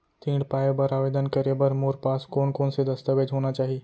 ऋण पाय बर आवेदन करे बर मोर पास कोन कोन से दस्तावेज होना चाही?